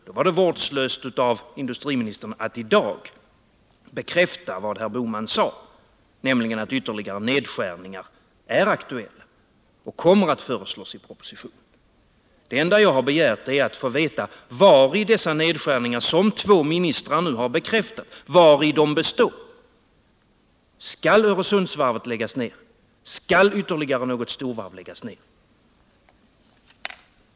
Då var det vårdslöst av industriministern att i dag bekräfta vad herr Bohman sade, nämligen att ytterligare nedskärningar är aktuella och kommer att föresl s i propositionen. Det enda jag har begärt är att få veta vari dessa nedskärningar, som två ministrar nu har bekräftat, består. Skall Öresundsvarvet läggas ner? Skall ytterligare något storvarv läggas ner?